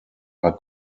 are